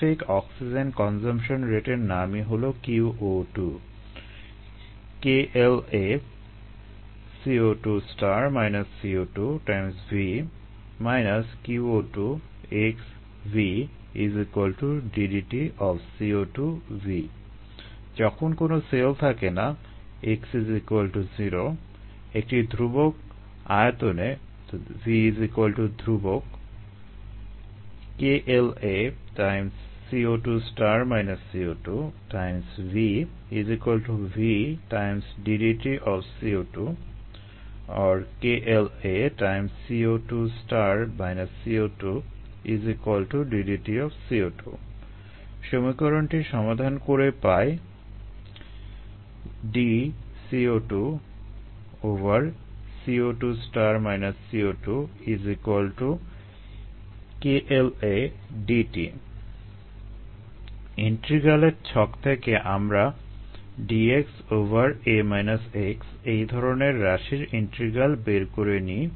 specific oxygen consumption রেটের নামই হলো qO2 যখন কোনো সেল থাকে না সমীকরণটি সমাধান করে পাই ইন্টিগ্রালের ছক থেকে আমরা এই ধরনের রাশির ইন্টিগ্রাল বের করে নিই